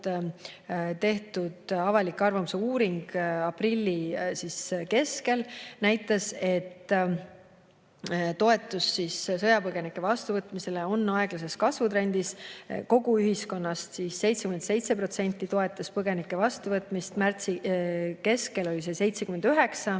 tehtud avaliku arvamuse uuring aprilli keskel näitas, et toetus sõjapõgenike vastuvõtmisele on aeglases kasvutrendis, kogu ühiskonnast 77% toetas põgenike vastuvõtmist. Märtsi keskel oli see 79%,